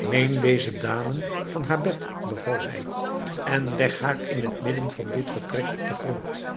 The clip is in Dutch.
neem deze dame van haar bed beval hij en leg haar in het midden van dit vertrek op den grond